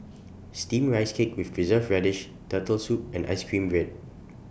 Steamed Rice Cake with Preserved Radish Turtle Soup and Ice Cream Bread